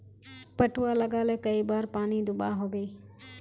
पटवा लगाले कई बार पानी दुबा होबे?